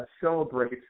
celebrate